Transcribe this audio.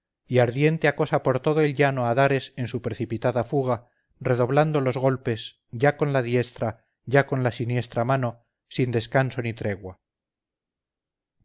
y ardiente acosa por todo el llano a dares en su precipitada fuga redoblando los golpes ya con la diestra ya con la siniestra mano sin descanso ni tregua